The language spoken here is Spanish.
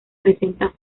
presenta